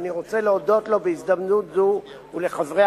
ואני רוצה להודות לו בהזדמנות זו ולחברי